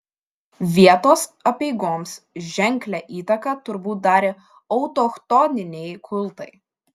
vietos apeigoms ženklią įtaką turbūt darė autochtoniniai kultai